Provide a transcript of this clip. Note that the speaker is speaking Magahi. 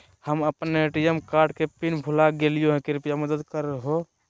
हम अप्पन ए.टी.एम कार्ड के पिन भुला गेलिओ हे कृपया मदद कर हो